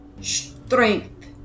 Strength